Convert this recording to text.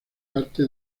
parte